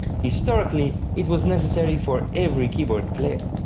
historically it was necessary for every keyboard player.